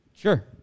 Sure